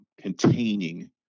containing